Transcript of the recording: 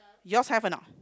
yours have or not